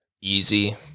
easy